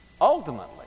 Ultimately